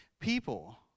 people